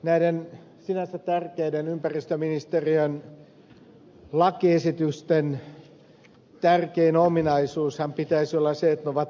näiden sinänsä tärkeiden ympäristöministeriön lakiesitysten tärkein ominaisuushan pitäisi olla se että ne ovat vaikuttavia